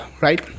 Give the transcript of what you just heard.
right